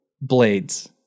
blades